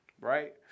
right